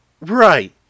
right